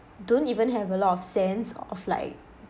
don't even have a lot of sense of like